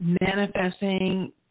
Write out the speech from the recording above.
manifesting